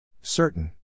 Certain